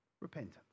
repentance